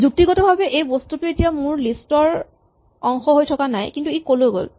যুক্তিগতভাৱে এই বস্তুটো এতিয়া মোৰ লিষ্ট ৰ অংশ হৈ থকা নাই কিন্তু ই কলৈ গ'ল